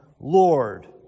Lord